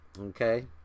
okay